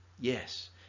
yes